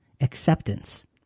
acceptance